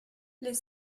les